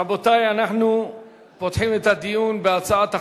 רבותי, אנחנו פותחים את הדיון בהצעת החוק.